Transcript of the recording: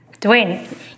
Dwayne